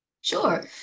Sure